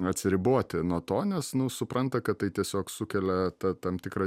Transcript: atsiriboti nuo to nes nu supranta kad tai tiesiog sukelia tam tikrą